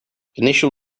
initial